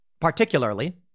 particularly